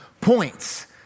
points